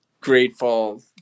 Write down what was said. grateful